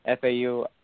FAU